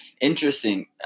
Interesting